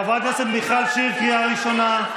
חברת הכנסת מיכל שיר, קריאה ראשונה.